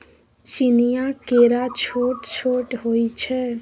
चीनीया केरा छोट छोट होइ छै